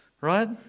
right